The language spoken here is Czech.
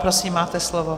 Prosím, máte slovo.